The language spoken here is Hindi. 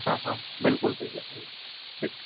हाँ हाँ बिल्कुल भैया ठीक है